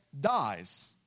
dies